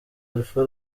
alpha